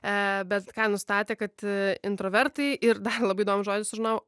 e bet ką nustatė kad intravertai ir dar labai įdomų žodį sužinojau